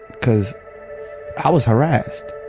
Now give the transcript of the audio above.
cause i was harassed.